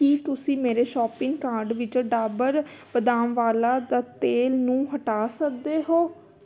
ਕੀ ਤੁਸੀਂ ਮੇਰੇ shopping cart ਵਿੱਚੋਂ ਡਾਬਰ ਬਦਾਮ ਵਾਲਾਂ ਦਾ ਤੇਲ ਨੂੰ ਹਟਾ ਸਕਦੇ ਹੋ